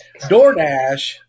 Doordash